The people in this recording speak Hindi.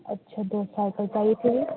अच्छा दो साईकल चाहिए थी